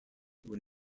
when